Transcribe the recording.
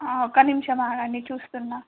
ఒక నిమిషం ఆగండి చూస్తున్నా